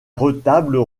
retables